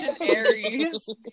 Aries